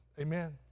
Amen